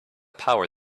power